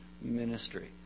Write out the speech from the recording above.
ministry